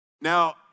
Now